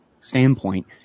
standpoint